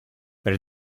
per